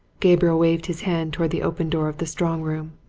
gabriel waved his hand towards the open door of the strong room.